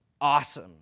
Awesome